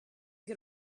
get